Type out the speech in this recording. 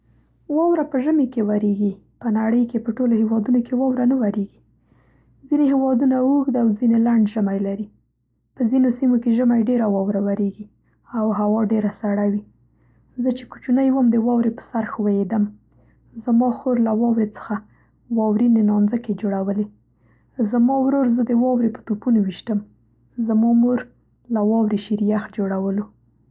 واوره په ژمي کې ورېږي. په نړۍ کې په ټولو هېوادونو کې واوره نه ورېږي. ځینې هېوادونه اوږد او ځینې لنډ ژمی لري. په ځینو سیمو کې ژمی ډېره واوره ورېږي او هوا ډېره سړه وي. زه چې کوچنۍ وم د واورې په سر ښویېدم. زما خور له واورې څخه واورینې نانځکې جوړولې. زما ورور زه د واورې په توپونو ویشتم. زما مور له واورې شیریخ جوړولو.